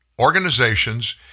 organizations